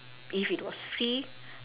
if it was free